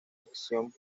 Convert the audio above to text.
acción